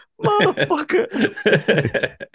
Motherfucker